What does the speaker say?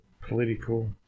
political